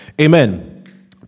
Amen